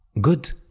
good